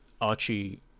Archie